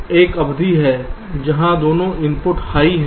तो एक अवधि है जहां दोनों इनपुट हाई हैं